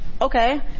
Okay